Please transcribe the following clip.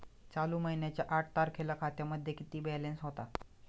चालू महिन्याच्या आठ तारखेला खात्यामध्ये किती बॅलन्स होता?